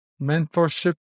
mentorship